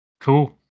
cool